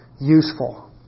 useful